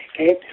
okay